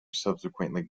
subsequently